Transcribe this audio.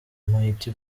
mighty